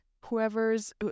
Whoever's